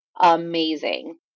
amazing